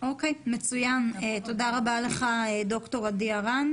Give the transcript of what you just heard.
בוועדה שמשרד הבריאות תאשר,